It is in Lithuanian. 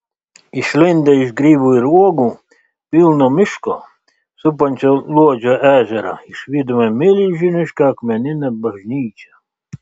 išlindę iš grybų ir uogų pilno miško supančio luodžio ežerą išvydome milžinišką akmeninę bažnyčią